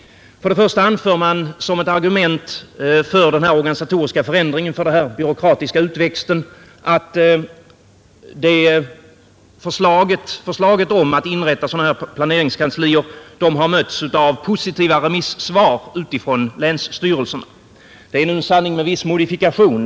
Först och främst anför man som ett argument för den organisatoriska förändringen och den byråkratiska utväxten att förslaget om att inrätta sådana här planeringskanslier har mötts av positiva remissvar från länsstyrelserna. Det är nu en sanning med viss modifikation.